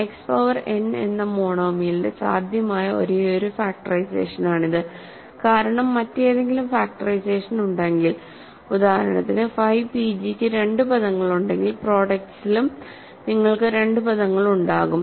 X power n എന്ന മോണോമിയലിന്റെ സാധ്യമായ ഒരേയൊരു ഫാക്ടറൈസേഷനാണിത് കാരണം മറ്റേതെങ്കിലും ഫാക്ടറൈസേഷൻ ഉണ്ടെങ്കിൽ ഉദാഹരണത്തിന് ഫൈ pg ക്കു രണ്ട് പദങ്ങളുണ്ടെങ്കിൽ പ്രോഡക്ട്ക്ടിലും നിങ്ങൾക്ക് രണ്ട് പദങ്ങൾ ഉണ്ടാകും